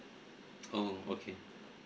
oh okay